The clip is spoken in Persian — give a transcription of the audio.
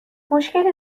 مشکلی